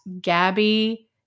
Gabby